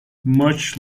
much